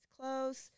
close